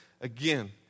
again